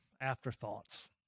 afterthoughts